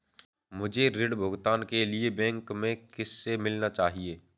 मुझे ऋण भुगतान के लिए बैंक में किससे मिलना चाहिए?